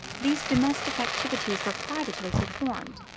these domestic activities were privately performed,